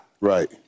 Right